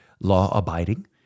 law-abiding